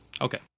okay